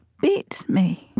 beats me